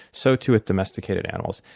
so too with domesticated animals,